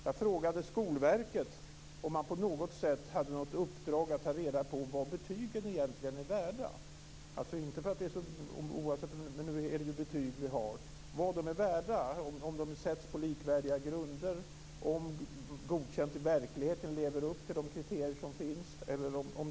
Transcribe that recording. Jag frågade Skolverket om man på något sätt hade i uppdrag att ta reda på vad betygen egentligen är värda. Oavsett vad man tycker om betyg är det ju betyg vi har, men vad är de värda? Sätts de på likvärdiga grunder? Lever Godkänt i verkligheten upp till de kriterier som finns eller inte?